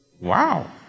Wow